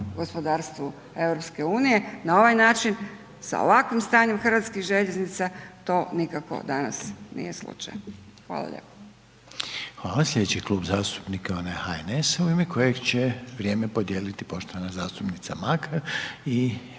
gospodarstvu EU. Na ovaj način sa ovakvim stanjem hrvatskih željeznica to nikako danas nije slučaj. Hvala lijepo. **Reiner, Željko (HDZ)** Hvala. Sljedeći klub zastupnika je onaj HNS-a u ime kojeg će vrijeme podijeliti poštovana zastupnica Makar i kolega